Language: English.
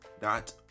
dot